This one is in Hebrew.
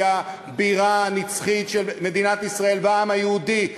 הבירה הנצחית של מדינת ישראל והעם היהודי.